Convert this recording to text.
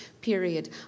period